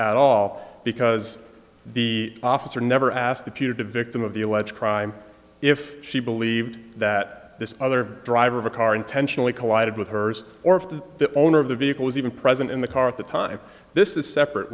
at all because the officer never asked the putative victim of the alleged crime if she believed that this other driver of a car intentionally collided with hers or if the owner of the vehicle was even present in the car at the time this is separate